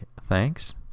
thanks